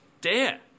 dare